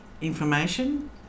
information